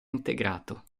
integrato